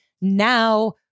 now